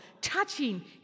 touching